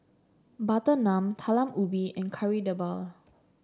Butter Naan Talam Ubi and Kari Debal